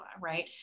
right